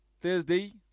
Thursday